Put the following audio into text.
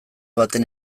baten